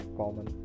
common